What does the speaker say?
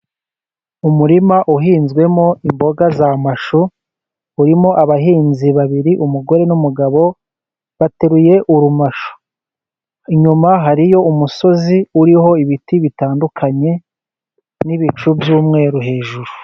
Umurima uhinzwemo imboga z'amashu , urimo abahinzi babiri , umugore n'umugabo . Bateruye urumashu , Inyuma hariyo umusozi uriho ibiti bitandukanye , n'ibicu by'umweru hejuru.